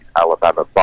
Alabama